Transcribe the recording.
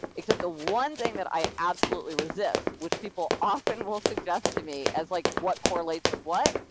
except the one thing that i absolutely resist, which people often will suggest to me as like what correlates with what,